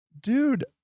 Dude